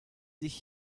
sich